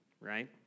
right